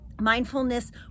Mindfulness